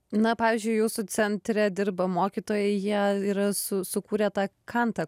na pavyzdžiui jūsų centre dirba mokytojai jie yra su sukūrė tą kantą